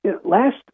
last